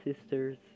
sisters